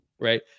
Right